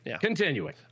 continuing